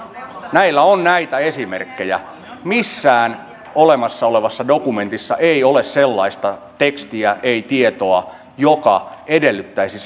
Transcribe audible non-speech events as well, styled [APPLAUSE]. näillä on näitä esimerkkejä missään olemassa olevassa dokumentissa ei ole sellaista tekstiä ei tietoa joka edellyttäisi [UNINTELLIGIBLE]